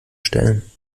stellen